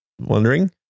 wondering